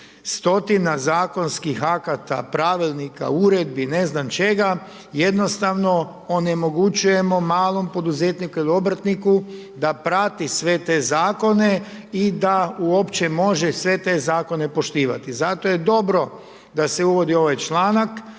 stotina zakonskih akata, pravilnika, uredbi, ne znam čega, jednostavno onemogućujemo malom poduzetniku ili obrtniku da prati sve te Zakone i da uopće može sve te Zakone poštivati. Zato je dobro da se uvodi ovaj članak